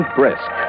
brisk